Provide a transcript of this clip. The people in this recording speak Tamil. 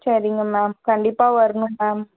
சரிங்க மேம் கண்டிப்பாக வரணும் மேம்